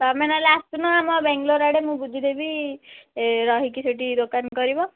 ତୁମେ ନହେଲେ ଆସୁନ ଆମ ବେଙ୍ଗଲୋର୍ ଆଡ଼େ ମୁଁ ବୁଝିଦେବି ରହିକି ସେଠି ଦୋକାନ କରିବ